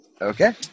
Okay